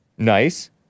Nice